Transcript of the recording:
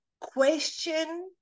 question